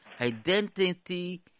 identity